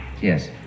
Yes